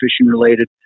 fishing-related